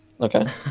Okay